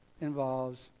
involves